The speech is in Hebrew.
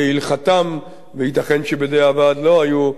וייתכן שבדיעבד לא היו משתמשים בדברים